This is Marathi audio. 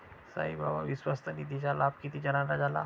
साईबाबा विश्वस्त निधीचा लाभ किती जणांना झाला?